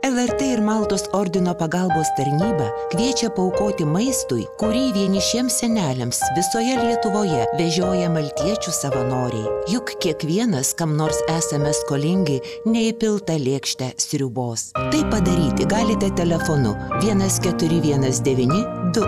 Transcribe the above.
lrt ir maltos ordino pagalbos tarnyba kviečia paaukoti maistui kurį vienišiems seneliams visoje lietuvoje vežioja maltiečių savanoriai juk kiekvienas kam nors esame skolingi neįpiltą lėkštę sriubos tai padaryti galite telefonu vienas keturi vienas devyni du